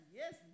yes